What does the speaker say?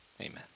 Amen